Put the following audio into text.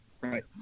right